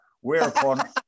Whereupon